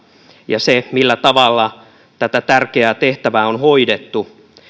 ja se millä tavalla tätä tärkeää tehtävää on hoidettu